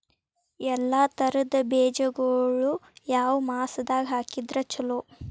ಎಲ್ಲಾ ತರದ ಬೇಜಗೊಳು ಯಾವ ಮಾಸದಾಗ್ ಹಾಕಿದ್ರ ಛಲೋ?